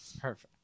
Perfect